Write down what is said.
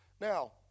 Now